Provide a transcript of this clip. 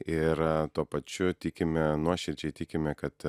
ir tuo pačiu tikime nuoširdžiai tikime kad